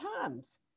times